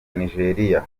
nigeria